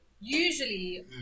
Usually